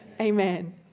Amen